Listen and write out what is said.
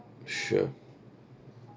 sure